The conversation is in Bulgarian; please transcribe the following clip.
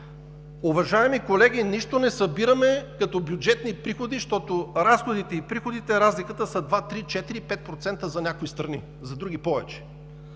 Уважаеми колеги, нищо не събираме като бюджетни приходи, защото разликите в разходите и приходите са 2, 3, 4, 5% – за някои страни, за други – повече.